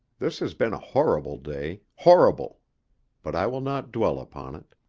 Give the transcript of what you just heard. this has been a horrible day horrible but i will not dwell upon it.